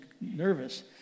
nervous